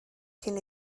cyn